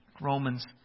Romans